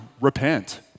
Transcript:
repent